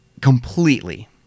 completely